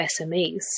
smes